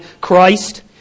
Christ